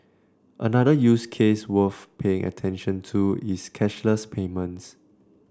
another use case worth paying attention to is cashless payments